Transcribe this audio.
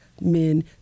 men